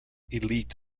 elite